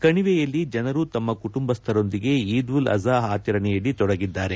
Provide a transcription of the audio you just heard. ಕಣಿವೆಯಲ್ಲಿ ಜನರು ತಮ್ಮ ಕುಟುಂಬಸ್ಥರೊಂದಿಗೆ ಈದ್ ಉಲ್ ಅಜಾ ಆಚರಣೆಯಲ್ಲಿ ಕೊಡಗಿದ್ದಾರೆ